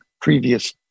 previous